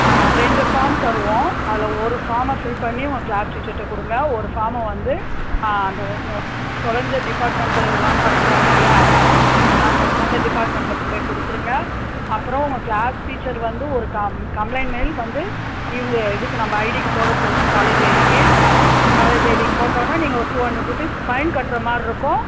ரெண்டு ஃபார்ம் தருவோம் அதில் ஒரு ஃபார்மை ஃபில் பண்ணி உங்கள் கிளாஸ் டீச்சர்கிட்ட கொடுங்க ஒரு ஃபார்மை வந்து அந்த இந்த தொலைஞ்ச டிப்பாட்மெண்ட்டுலாம் பார்த்துக்குறாங்க இல்லையா மிஸ்சிங்லாம் பண் அந்த டிப்பாட்மெண்ட்டில் கொண்டு போய் கொடுத்துருங்க அப்புறம் உங்கள் கிளாஸ் டீச்சர் வந்து ஒரு கம் கம்ப்ளைண்ட் மெயில் வந்து இவங்க இது நம்ம ஐடிக்கு போட சொல்லுங்க காலேஜ் ஐடிக்கு காலேஜ் ஐடிக்கு போட்டோன்னே நீங்கள் ஒரு டூ ஹண்ட்ரட் ருப்பீஸ் ஃபைன் கட்டுறமாதிரி இருக்கும்